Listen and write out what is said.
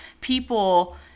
people